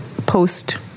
post